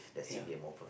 ya